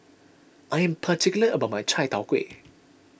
I am particular about my Chai Tow Kway